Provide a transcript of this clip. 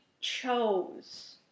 chose